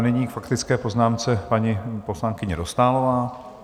Nyní k faktické poznámce paní poslankyně Dostálová.